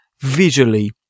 visually